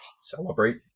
celebrate